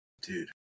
Dude